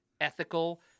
ethical